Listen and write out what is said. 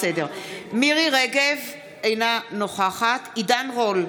מרים רגב, אינה נוכחת עידן רול,